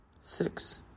Six